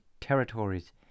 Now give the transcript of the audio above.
territories